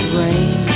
rain